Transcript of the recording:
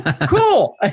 cool